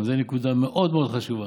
גם זו נקודה מאוד חשובה,